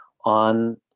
on